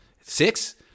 Six